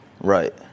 right